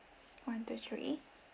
one two three